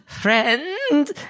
friend